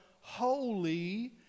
holy